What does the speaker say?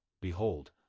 Behold